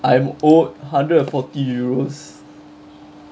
I am owed hundred and forty euros